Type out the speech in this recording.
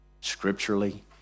Scripturally